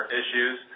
issues